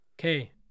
Okay